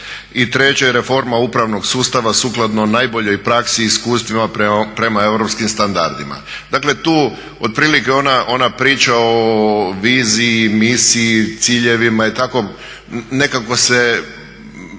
treće je reforma upravnog sustava sukladno najboljoj praksi i iskustvima prema europskim standardima. Dakle, tu otprilike ona priča o vizi, misiji, ciljevima i tako nekako se